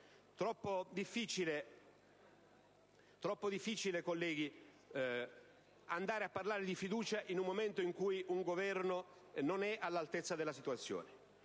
troppo difficile parlare di fiducia in un momento in cui il Governo non si mostra all'altezza della situazione.